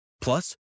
Plus